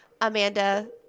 Amanda